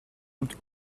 und